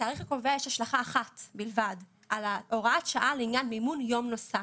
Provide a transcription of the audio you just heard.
לתאריך הקובע יש השלכה אחת בלבד על הוראת השעה לעניין מימון יום נוסף.